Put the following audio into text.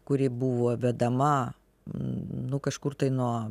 kuri buvo vedama nu kažkur tai nuo